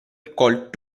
called